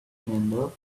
scandal